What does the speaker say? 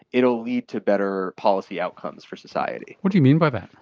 it will lead to better policy outcomes for society. what do you mean by that?